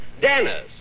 Dennis